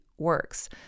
works